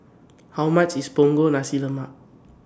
How much IS Punggol Nasi Lemak